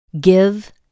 Give